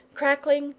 crackling,